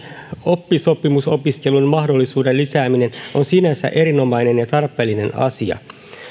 oppisopimusopiskelun mahdollisuuden lisääminen on sinänsä erinomainen ja tarpeellinen asia